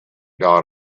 dot